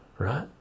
Right